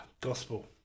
gospel